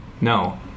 No